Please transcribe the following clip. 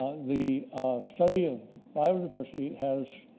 the study of biodiversity has